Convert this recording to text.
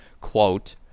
quote